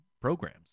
programs